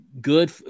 good